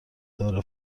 داره